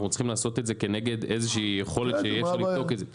אנחנו צריכים לעשות את זה כנגד איזושהי יכולת שיש לבדוק את זה.